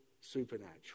supernatural